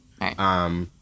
right